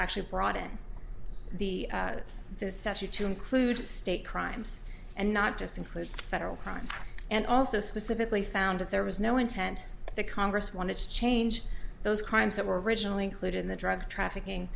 actually brought in the this statute to include state crimes and not just include federal crimes and also specifically found that there was no intent that congress wanted to change those crimes that were originally included in the drug trafficking